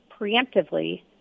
preemptively